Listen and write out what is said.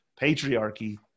patriarchy